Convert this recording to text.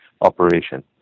operation